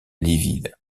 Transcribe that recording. livide